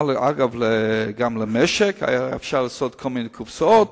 אגב, גם למשק אפשר היה לעשות כל מיני קופסאות,